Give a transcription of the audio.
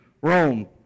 Rome